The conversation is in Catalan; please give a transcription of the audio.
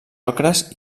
ocres